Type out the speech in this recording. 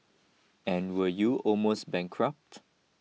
and were you almost bankrupt